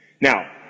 Now